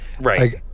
Right